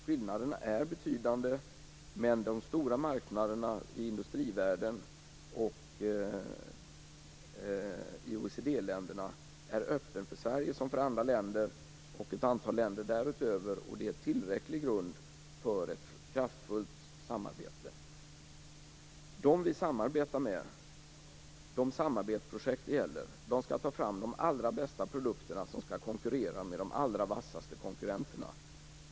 Skillnaderna är betydande, men de stora marknaderna i industrivärlden och i OECD-länderna är öppna för Sverige som för andra länder. Det finns ett antal länder därutöver. Det är tillräcklig grund för ett kraftfullt samarbete. De vi samarbetar med - de samarbetsprojekt det gäller - skall ta fram de allra bästa produkterna som skall konkurrera med de allra vassaste konkurrenterna.